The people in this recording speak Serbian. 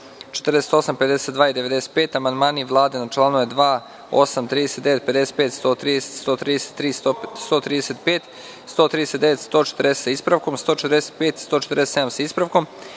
48, 52. i 95, amandmani Vlade na čl. 2, 8, 39, 55, 130, 133, 135, 139, 140. sa ispravkom, 145, 147. sa ispravkom,